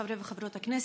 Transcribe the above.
חברי וחברות הכנסת,